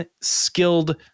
skilled